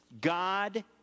God